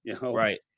right